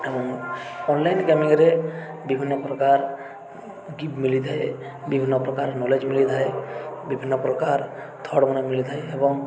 ଏବଂ ଅନ୍ଲାଇନ୍ ଗେମିଂରେ ବିଭିନ୍ନପ୍ରକାର ଗିଫ୍ଟ ମିଳିଥାଏ ବିଭିନ୍ନପ୍ରକାର ନଲେଜ୍ ମିଳିଥାଏ ବିଭିନ୍ନପ୍ରକାର ଥଟ୍ ମାନେ ମିଳିଥାଏ ଏବଂ